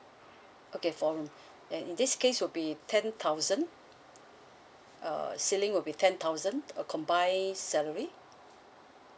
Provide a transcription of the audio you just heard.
okay four room in this case would be ten thousand uh ceiling will be ten thousand uh combined salary